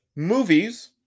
Movies